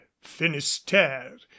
Finisterre